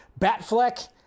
Batfleck